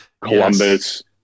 Columbus